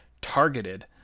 targeted